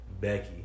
Becky